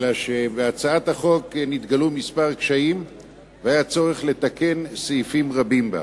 אלא שבהצעת החוק נתגלו כמה קשיים והיה צורך לתקן סעיפים רבים בה.